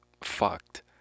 fucked